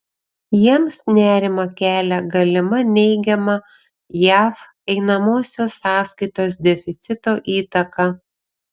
jiems nerimą kelia galima neigiama jav einamosios sąskaitos deficito įtaka